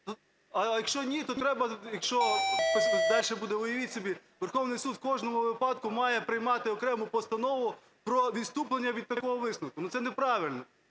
А якщо ні, то треба… Якщо дальше буде, уявіть собі, Верховний Суд в кожному випадку має приймати окрему постанову про відступлення від такого висновку. Ну це неправильно